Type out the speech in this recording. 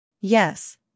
Yes